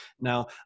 Now